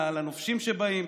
לנופשים שבאים,